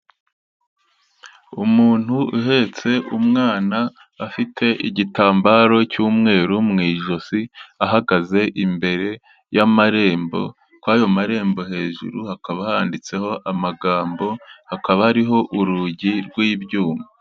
Umuntu uhetse umwana afite igitambaro cy'umweru mu ijosi, ahagaze imbere y'amarembo, ku ayo marembo hejuru hakaba handitseho amagambo, hakaba hariho urugi rw'ibyuma.